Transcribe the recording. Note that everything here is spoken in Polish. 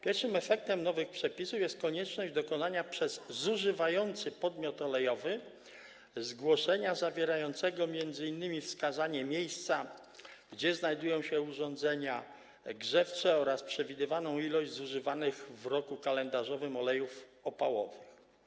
Pierwszym efektem nowych przepisów jest konieczność dokonania przez zużywający podmiot olejowy zgłoszenia zawierającego m.in. wskazanie miejsca, gdzie znajdują się urządzenia grzewcze, oraz przewidywaną ilość zużywanych w roku kalendarzowym olejów opałowych.